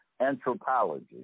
anthropology